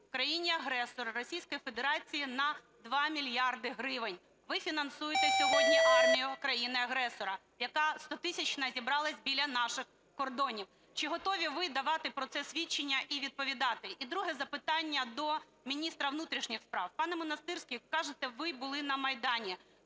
в країни-агресора Російської Федерації на 2 мільярди гривень. Ви фінансуєте сьогодні армію країни-агресора, яка стотисячна зібралась біля наших кордонів. Чи готові ви давати про це свідчення і відповідати? І друге запитання до міністра внутрішніх справ. Пане Монастирський, кажете, ви були на Майдані.